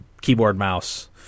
keyboard-mouse